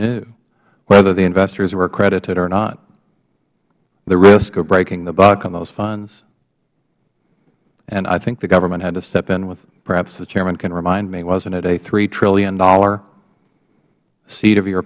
knew whether the investors were accredited or not the risk of breaking a buck on those funds and i think the government had to step in with perhaps the chairman can remind me wasn't it a three dollars trillion seatofyour